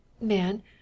man